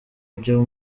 byo